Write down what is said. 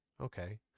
Okay